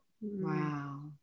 Wow